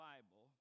Bible